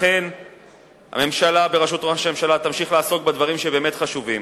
לכן הממשלה בראשות ראש הממשלה תמשיך לעסוק בדברים שהם באמת חשובים.